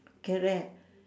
correct